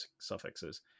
suffixes